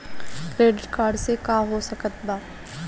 Credit card से का हो सकइत बा?